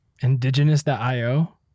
Indigenous.io